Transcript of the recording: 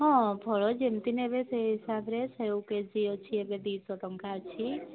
ହଁ ଫଳ ଯେମିତି ନେବେ ସେ ହିସାବରେ ସେଉ କେଜି ଏବେ ଦୁଇଶହ ଟଙ୍କା ଅଛି